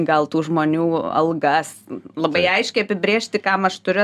gal tų žmonių algas labai aiškiai apibrėžti kam aš turiu